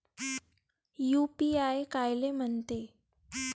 UPI कायले म्हनते?